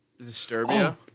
Disturbia